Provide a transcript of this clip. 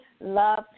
love